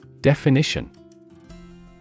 DEFINITION